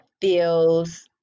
feels